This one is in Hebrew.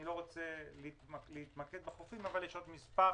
אני לא רוצה להתמקד בחופים אבל יש עוד מספר